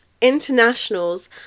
Internationals